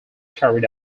carried